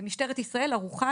משטרת ישראל ערוכה,